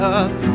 up